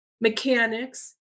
mechanics